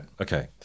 Okay